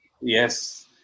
Yes